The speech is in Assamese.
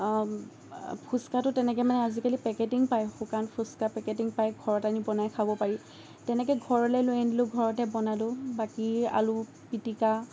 ফুচ্কাটো তেনেকে মানে আজিকালি পেকেটিং পাই শুকান ফুচ্কা পেকেটিং পায় ঘৰত আনি বনাই খাব পাৰি তেনেকে ঘৰলে লৈ আনিলোঁ ঘৰতে বনালোঁ বাকী আলু পিটিকা